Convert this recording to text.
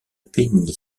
peignit